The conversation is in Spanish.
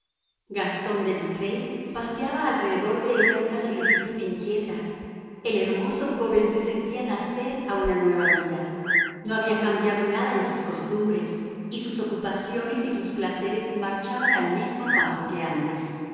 gastón de vitré paseaba alrededor de ella una solicitud inquieta el hermoso joven se sentía nacer a una nueva vida no había cambiado nada en sus costumbres y sus ocupaciones y sus placeres marchaban al mismo paso que antes